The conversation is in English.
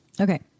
Okay